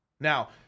Now